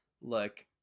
Look